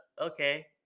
Okay